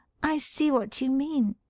i see what you mean,